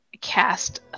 cast